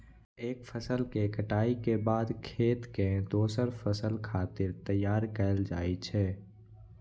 एक फसल के कटाइ के बाद खेत कें दोसर फसल खातिर तैयार कैल जाइ छै